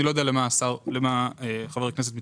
אני לא יודע למה חבר הכנסת מתכוון.